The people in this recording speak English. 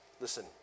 Listen